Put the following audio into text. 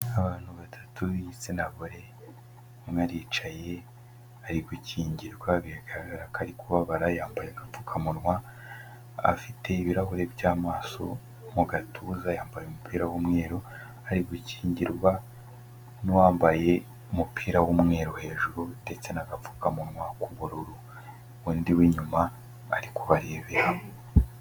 Abantu batatu b'igitsina gore, umwe aricaye, ari gukingirwa, biragaragara ko ari kubabara, yambaye agapfukamunwa, afite ibirahure by'amaso, mu gatuza yambaye umupira w'umweru, ari gukingirwa n'uwambaye umupira w'umweru hejuru, ndetse n'agapfukamunwa k'ubururu, undi w'inyuma ari kubarebera.